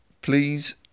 please